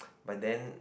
but then